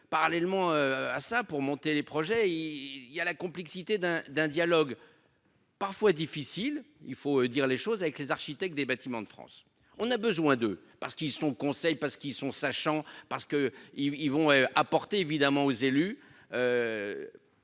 parallèlement à ça pour monter les projets il y a la complexité d'un d'un dialogue. Parfois difficile. Il faut dire les choses avec les architectes des Bâtiments de France, on a besoin de parce qu'ils sont conseil parce qu'ils sont sachant parce que ils vont apporter évidemment aux élus.